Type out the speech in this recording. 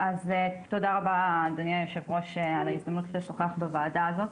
תודה רבה אדוני היו"ר על ההזדמנות לשוחח בוועדה הזו.